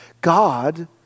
God